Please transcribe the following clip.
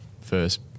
first